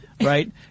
right